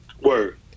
Word